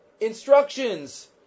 instructions